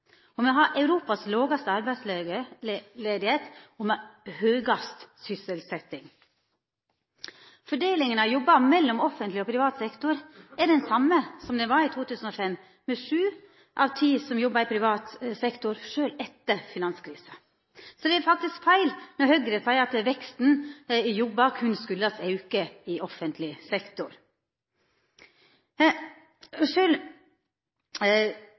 Me har Europas lågaste arbeidsløyse og høgaste sysselsetjing. Fordelinga av jobbar mellom offentleg og privat sektor er den same som ho var i 2005 – med sju av ti som jobbar i privat sektor – sjølv etter finanskrisa. Så det er faktisk feil når Høgre seier at veksten i jobbar berre kjem av auke i offentleg sektor.